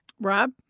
Rob